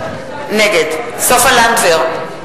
נגד סופה לנדבר,